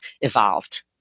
evolved